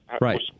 Right